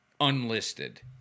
unlisted